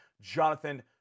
Jonathan